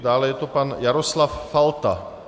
Dále je to pan Jaroslav Falta.